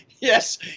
Yes